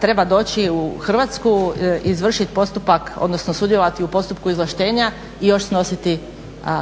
sada doći u Hrvatsku i izvršiti postupak odnosno sudjelovati u postupku izvlaštenja i još snositi